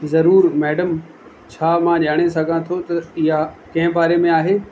जरूर मैडम छा मां ॼाणे सघां थो त इहा कंहिं बारे में आहे